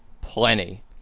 Plenty